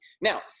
Now